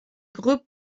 groupes